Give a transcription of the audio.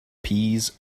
peas